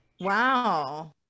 Wow